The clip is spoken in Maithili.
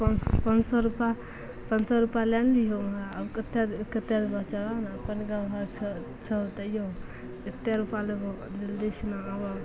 पाँच पाँच सओ रुपा पाँच सओ रुपा लै ने लिहो हमरा आब कतेक कतेक देबऽ चलऽ ने अप्पन गाम घर छऽ छहो तैओ एतेक रुपा लेबहो जल्दीसिना आबऽ